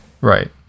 Right